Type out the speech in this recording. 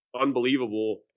unbelievable